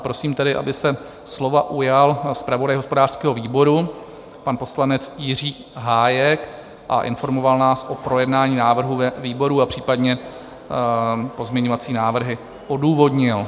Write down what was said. Prosím tedy, aby se slova ujal zpravodaj hospodářského výboru, pan poslanec Jiří Hájek, a informoval nás o projednání návrhu ve výboru a případně pozměňovací návrhy odůvodnil.